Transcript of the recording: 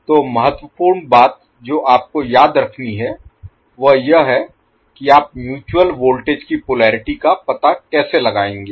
तो महत्वपूर्ण बात जो आपको याद रखनी है वह यह है कि आप म्यूचुअल वोल्टेज की पोलेरिटी का पता कैसे लगाएंगे